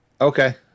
Okay